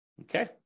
okay